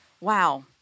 Wow